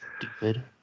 stupid